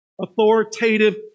Authoritative